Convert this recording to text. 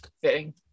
fitting